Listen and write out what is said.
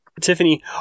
Tiffany